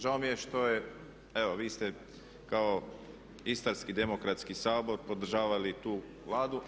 Žao mi je što je, evo vi ste kao Istarski demokratski sabor podržavali tu Vladu.